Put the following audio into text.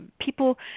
people